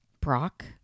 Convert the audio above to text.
brock